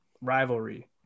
rivalry